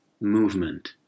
movement